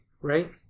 right